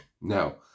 Now